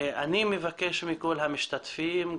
אני מבקש מכל המשתתפים,